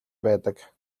байдаг